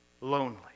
lonely